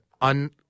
un